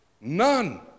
none